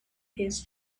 his